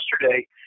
yesterday